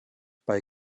bei